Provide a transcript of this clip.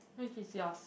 which is yours